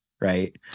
Right